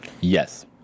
Yes